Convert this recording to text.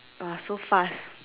!wah! so fast